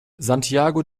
santiago